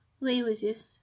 languages